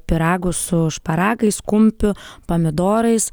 pyragu su šparagais kumpiu pomidorais